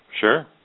Sure